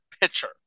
pitcher